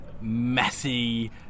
messy